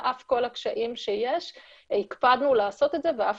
על אף כל הקשיים שיש הקפדנו לעשות את זה ואף